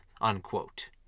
unquote